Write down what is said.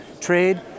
trade